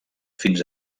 fins